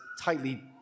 tightly